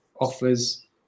Offers